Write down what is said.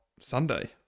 Sunday